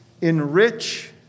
enrich